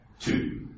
two